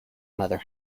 mother